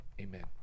Amen